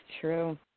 true